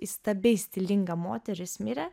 įstabiai stilinga moteris mirė